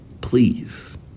please